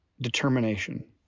determination